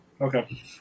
Okay